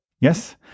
Yes